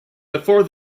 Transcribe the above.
before